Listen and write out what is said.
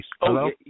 Hello